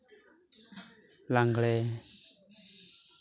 ᱞᱟᱜᱽᱲᱮ